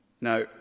Now